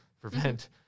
prevent